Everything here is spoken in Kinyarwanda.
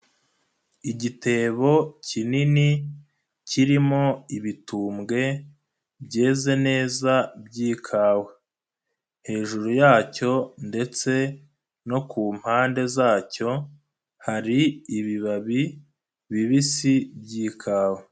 Igitebo kinini kirimo ibitumbwe byeze neza by'ikawa, hejuru yacyo ndetse no kumpande zacyo hari ibibabi bibisi by'ikawa.